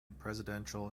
presidential